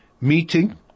meeting